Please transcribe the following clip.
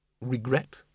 Regret